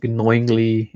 knowingly